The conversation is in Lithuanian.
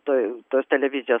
tai tos televizijos